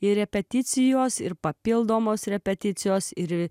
ir repeticijos ir papildomos repeticijos ir